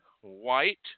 white